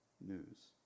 news